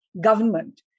government